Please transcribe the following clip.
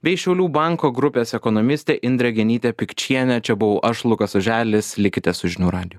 bei šiaulių banko grupės ekonomistė indrė genytė pikčienė čia buvau aš lukas oželis likite su žinių radiju